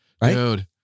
Dude